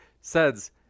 says